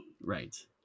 Right